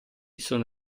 sono